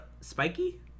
Spiky